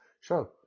show